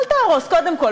אל תהרוס, קודם כול.